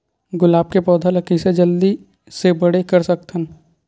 गुलाब के पौधा ल कइसे जल्दी से बड़े कर सकथन?